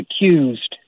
accused